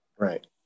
Right